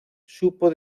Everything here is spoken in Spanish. supo